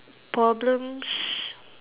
problems